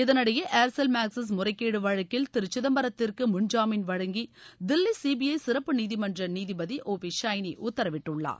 இதனிடையே Aircel Maxis முறைகேடு வழக்கில் திரு சிதம்பரத்திற்கு முன்ஜாமீன் வழங்கி தில்லி சிபிஐ சிறப்பு நீதிமன்ற நீதிபதி ஓ பி ஷைனி உத்தரவிட்டுள்ளார்